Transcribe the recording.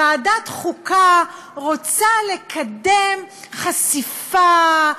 ועדת חוקה רוצה לקדם חשיפה,